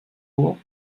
ruhr